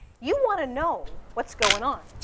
you want to know what's going on.